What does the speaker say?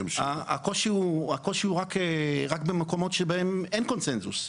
הקושי הוא רק במקומות שאין קונצנזוס.